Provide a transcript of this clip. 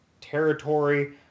territory